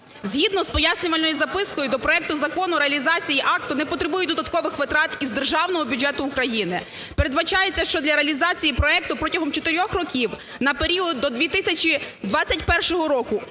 Згідно з пояснювальною запискою до проекту закону реалізації акту не потребують додаткових витрат із Державного бюджету України. Передбачається, що для реалізації проекту протягом 4 років на період до 2021 року